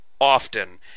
often